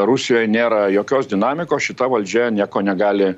rusijoje nėra jokios dinamikos šita valdžia nieko negali